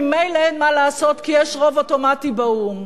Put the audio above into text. ממילא אין מה לעשות כי יש רוב אוטומטי באו"ם.